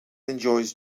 enjoys